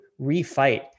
refight